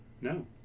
no